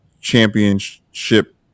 championship